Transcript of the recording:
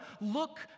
look